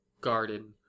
garden